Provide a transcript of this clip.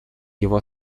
его